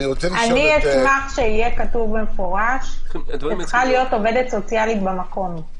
אשמח שיהיה כתוב במפורש שצריכה להיות עובדת סוציאלית במקום.